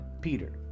Peter